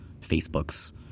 Facebook's